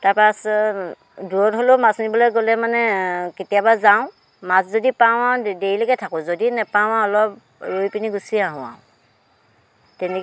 তাৰ পাছত দূৰত হ'লেও মাছ মাৰিবলৈ গ'লে মানে কেতিয়াবা যাওঁ মাছ যদি পাওঁ আৰু দেৰিলৈকে থাকোঁ যদি নেপাওঁ আৰু অলপ ৰৈ পেনি গুচি আহোঁ আৰু তেনেকেই